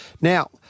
Now